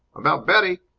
about betty?